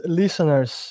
listeners